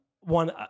one